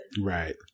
Right